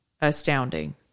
astounding